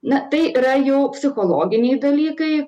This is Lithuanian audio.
na tai yra jau psichologiniai dalykai